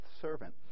servant